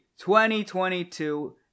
2022